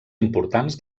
importants